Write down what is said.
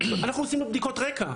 אנחנו עושים לו בדיקות רקע,